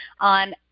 on